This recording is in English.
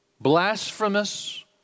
blasphemous